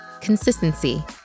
consistency